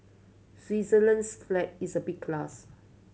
Switzerland's flag is a big plus